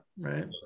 right